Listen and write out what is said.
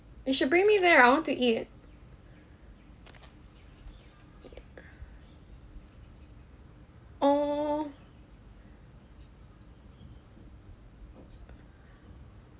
you should bring me there I want to eat uh oh